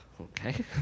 Okay